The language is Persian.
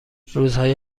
روزهای